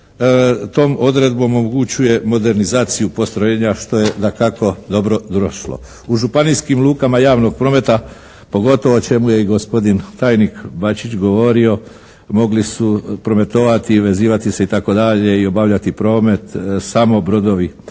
tom odredbom omogućuje modernizaciju postrojenja što je dakako dobro došlo. U županijskim lukama javnog prometa pogotovo o čemu je i gospodin tajnik Bačić govorio mogli su prometovati i vezivati se i tako dalje i obavljati promet samo brodovi